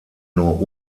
nur